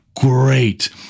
great